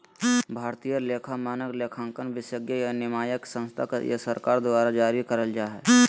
भारतीय लेखा मानक, लेखांकन विशेषज्ञ या नियामक संस्था या सरकार द्वारा जारी करल जा हय